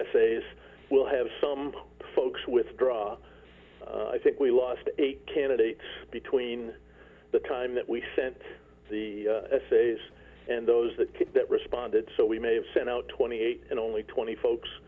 essays we'll have some folks withdraw i think we lost eight candidates between the time that we sent the essays and those that kicked that responded so we may have sent out twenty eight and only twenty folks